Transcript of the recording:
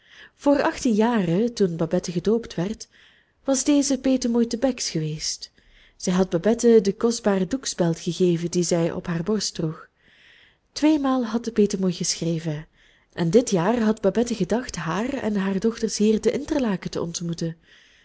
voor achttien jaren toen babette gedoopt werd was deze petemoei te bex geweest zij had babette de kostbare doekspeld gegeven die zij op haar borst droeg tweemaal had de petemoei geschreven en dit jaar had babette gedacht haar en haar dochters hier te interlaken te ontmoeten